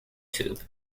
tube